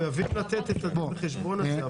אנחנו מחויבים לתת את הדין וחשבון הזה.